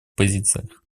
позициях